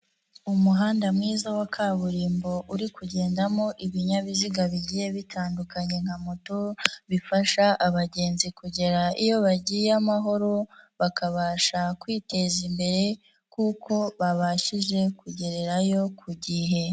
Umuhanda mwiza wa kaburimbo uri kugendamo ibinyabiziga bigiye bitandukanye nka moto bifasha abagenzi kugera iyo bagiye amahoro, bakabasha kwiteza imbere kuko babashije kugereyo ku igihe.